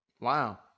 wow